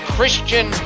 Christian